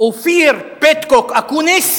אופיר "פטקוק" אקוניס